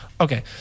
Okay